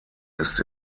ist